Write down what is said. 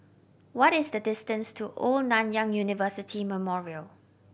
what is the distance to Old Nanyang University Memorial